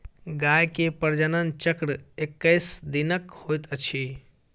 गाय मे प्रजनन चक्र एक्कैस दिनक होइत अछि